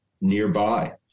nearby